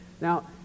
Now